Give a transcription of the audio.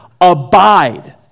Abide